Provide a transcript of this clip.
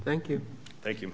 thank you thank you